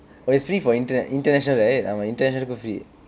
but it's free for inter international right ஆமாம்:aamaam international free